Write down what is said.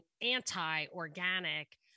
anti-organic